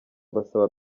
basaba